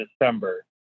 December